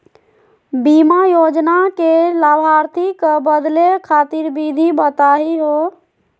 बीमा योजना के लाभार्थी क बदले खातिर विधि बताही हो?